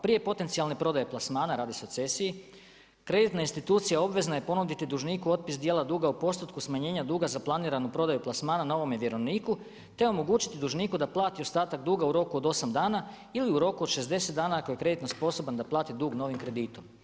Prije potencijalne prodaje plasmana, radi se o cesiji, kreditna institucija obavezna je ponuditi dužniku otpis dijela duga o postotku smanjenja duga za planiranu prodaju plasmana novome vjerovniku, te omogućiti dužniku da plati ostatak duga u roku od 8 dana ili u roku od 60 dana ako je kreditno sposoban da plati dug novim kreditom.